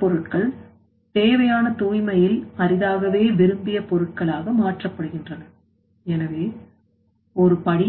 மூலப்பொருட்கள் தேவையான தூய்மையில் அரிதாகவே விரும்பிய பொருட்களாக மாற்றப்படுகின்றன எனவே ஒரு படி